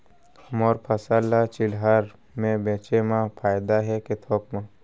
मोर फसल ल चिल्हर में बेचे म फायदा है के थोक म?